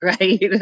right